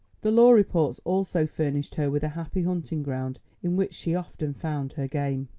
the law reports also furnished her with a happy hunting-ground in which she often found her game.